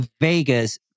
Vegas